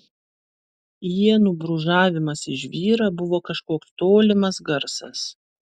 ienų brūžavimas į žvyrą buvo kažkoks tolimas garsas